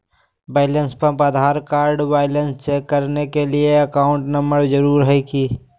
Balance pump Aadhaar card balance check करने के लिए अकाउंट नंबर जरूरी है क्या?